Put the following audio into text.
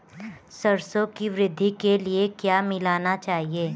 सरसों की वृद्धि के लिए क्या मिलाना चाहिए?